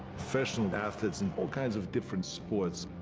professional athletes in all kinds of different sports,